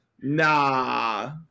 Nah